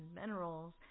minerals